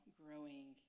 growing